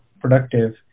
productive